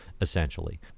essentially